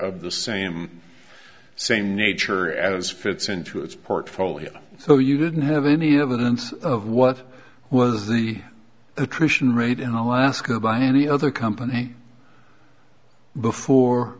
of the same same nature as fits into its portfolio so you didn't have any evidence of what was the attrition rate in alaska by any other company before